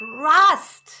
trust